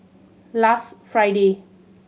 last Friday